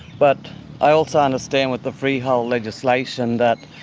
but i also understand with the freehold legislation, that